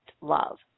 love